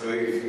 אחרי.